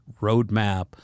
roadmap